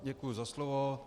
Děkuji za slovo.